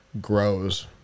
grows